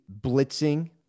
blitzing